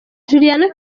juliana